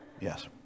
Yes